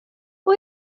och